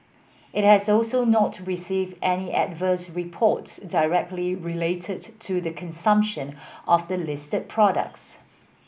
it has also not received any adverse reports directly related to the consumption of the listed products